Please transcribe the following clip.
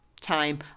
time